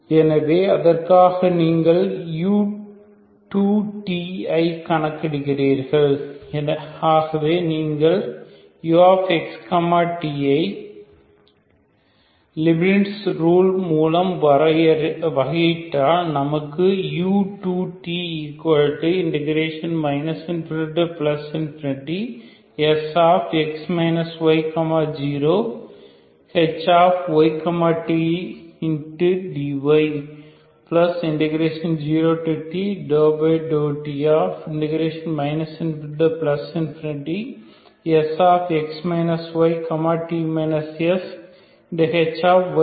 எனவே அதற்காக நீங்கள் u2t ஐ கணக்கிடுகிறீர்கள் ஆகவே நீங்கள் ux t ஐ லிப்னிட்ஸ் ரூல் மூலம் வகையிட்டால் நமக்கு u2t ∞Sx y 0hy tdy0t∂t ∞Sx y t shy sdydsஎன கிடைக்கும்